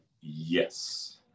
yes